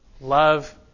love